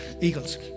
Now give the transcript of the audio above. eagles